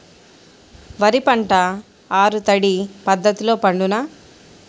వరి పంట ఆరు తడి పద్ధతిలో పండునా?